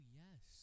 yes